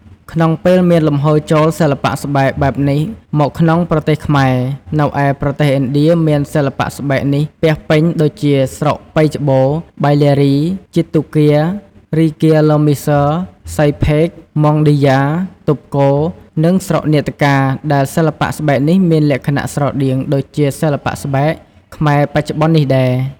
ក្នុងពេលមានលំហូរចូលសិល្បៈស្បែកបែបនេះមកក្នុងប្រទេសខ្មែរ នៅឯប្រទេសឥណ្ឌាមានសិល្បៈស្បែកនេះពាសពេញ ដូចជាស្រុកប៉ីជបូរ, បៃលារី, ជិត្រទូគ៌ា, រីង្គាឡ័រមីស័រ, ស្សីភេគ, ម័ងឌីយ៉ា, ទុបកូរ និងស្រុកនាតកាដែលសិល្បៈស្បែកនេះមានលក្ខណៈស្រដៀងដូចសិល្បៈស្បែក ខ្មែរបច្ចុប្បន្ននេះដែរ ។